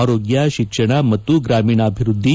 ಆರೋಗ್ಯ ಶಿಕ್ಷಣ ಮತ್ತು ಗ್ರಾಮೀಣಾಭಿವೃದ್ದಿ